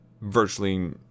virtually